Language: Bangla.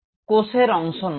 এটা কোষের অংশ নয়